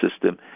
system